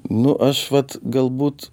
nu aš vat galbūt